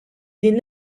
din